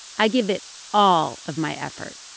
i give it all of my effort.